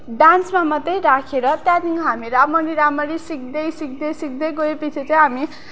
डान्समा मात्रै राखेर त्यहाँदेखि हामी रामरी रामरी सिक्दै सिक्दै सिक्दै गएपछि चाहिँ हामी